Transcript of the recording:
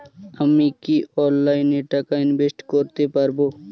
আমি কি অনলাইনে টাকা ইনভেস্ট করতে পারবো?